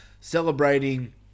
celebrating